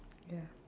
ya